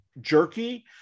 jerky